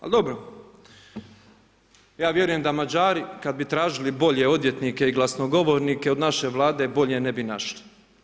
Ali dobro, ja vjerujem da Mađari, kad bi tražili bolje odvjetnike i glasnogovornike od naše Vlade bolje ne bi našli.